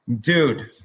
Dude